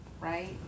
right